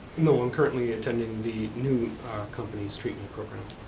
no, i'm currently attending the new company's treatment program.